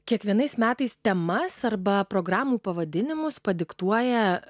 kiekvienais metais temas arba programų pavadinimus padiktuoja